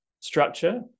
structure